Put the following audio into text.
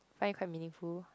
find it quite meaningful